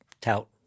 tout